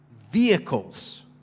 vehicles